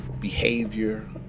behavior